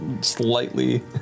slightly